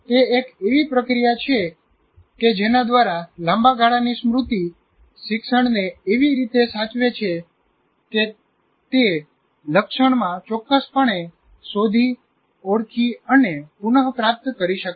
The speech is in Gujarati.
તે એક એવી પ્રક્રિયા છે કે જેના દ્વારા લાંબા ગાળાની સ્મૃતિ શિક્ષણને એવી રીતે સાચવે છે કે તે લક્ષણમાં ચોક્કસપણે શોધી ઓળખી અને પુનપ્રાપ્ત કરી શકે